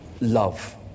love